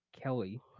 kelly